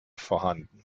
vorhanden